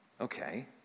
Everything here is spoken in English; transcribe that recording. okay